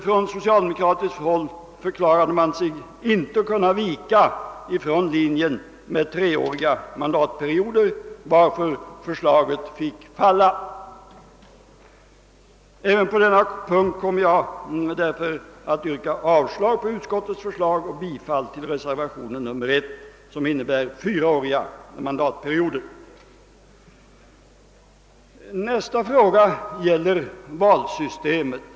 Från socialdemokratiskt håll förklarade man sig inte kunna vika från linjen med treåriga mandatperioder, varför förslaget fick falla. Även på denna punkt kommer jag därför att yrka avslag på utskottets hemställan och bifall till reservationen 1; som innebär fyraåriga mandatperioder. Nästa fråga gäller valsystemet.